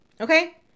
okay